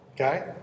okay